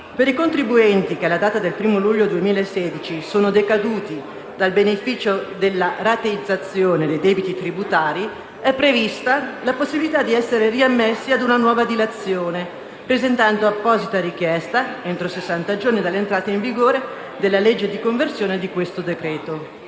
per i contribuenti che alla data del 1° luglio 2016 sono decaduti dal beneficio della rateizzazione dei debiti tributari è prevista la possibilità di essere riammessi ad una nuova dilazione, presentando apposita richiesta entro sessanta giorni dall'entrata in vigore della legge di conversione di questo decreto-legge.